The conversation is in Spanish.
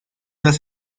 las